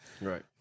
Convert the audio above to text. Right